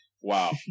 Wow